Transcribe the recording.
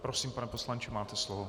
Prosím, pane poslanče, máte slovo.